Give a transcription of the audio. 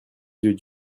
yeux